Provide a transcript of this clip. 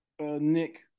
Nick